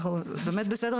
אנחנו באמת בסדר,